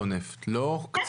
חצי מתעבורת הנפט שמגיעה, לא קצת.